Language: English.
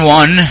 one